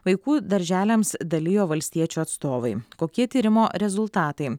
vaikų darželiams dalijo valstiečių atstovai kokie tyrimo rezultatai